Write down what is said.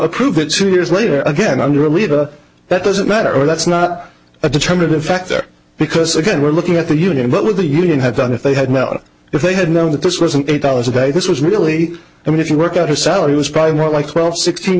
approve it two years later again under a leader that doesn't matter that's not a determinative factor because again we're looking at the union what would the union have done if they had mel if they had known that this wasn't eight dollars a day this was really i mean if you work out her salary was probably more like twelve sixteen